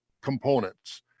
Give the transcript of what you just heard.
components